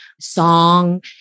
song